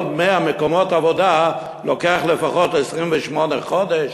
עוד 100 מקומות עבודה לוקח לפחות 28 חודשים,